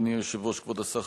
כבוד השר,